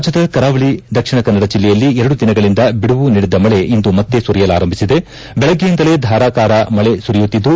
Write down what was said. ರಾಜ್ಯದ ಕರಾವಳಿ ದಕ್ಷಿಣ ಕನ್ನಡ ಜಿಲ್ಲೆಯಲ್ಲಿ ಎರಡು ದಿನಗಳಿಂದ ಬಿಡುವು ನೀಡಿದ್ದ ಮಳೆ ಇಂದು ಮತ್ತೆ ಸುರಿಯಲಾರಂಭಿಸಿದೆ ಬೆಳಗ್ಗೆಯಿಂದಲೇ ಧಾರಾಕಾರ ಮಳೆ ಸುರಿಯುತ್ತಿದ್ದು